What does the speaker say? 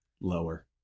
Lower